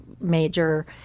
major